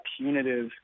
punitive